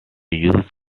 used